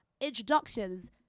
introductions